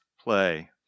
play